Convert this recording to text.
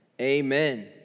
Amen